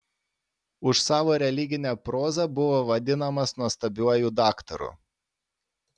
už savo religinę prozą buvo vadinamas nuostabiuoju daktaru